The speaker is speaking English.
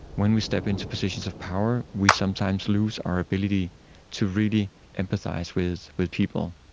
when we step into positions of power we sometimes lose our ability to really empathise with with people.